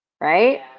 right